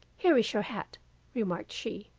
here is your hat remarked she,